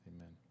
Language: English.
Amen